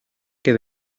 que